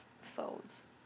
phones